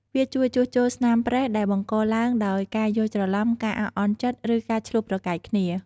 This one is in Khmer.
វាជួយជួសជុលស្នាមប្រេះដែលបង្កឡើងដោយការយល់ច្រឡំ ការអាក់អន់ចិត្ត ឬការឈ្លោះប្រកែកគ្នា។